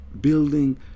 building